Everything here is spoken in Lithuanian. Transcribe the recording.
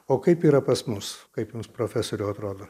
o kaip yra pas mus kaip jums profesoriau atrodo